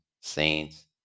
Saints